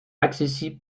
accessible